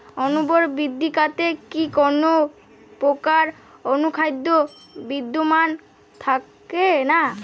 অনুর্বর মৃত্তিকাতে কি কোনো প্রকার অনুখাদ্য বিদ্যমান থাকে না?